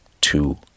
two